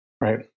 Right